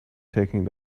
taking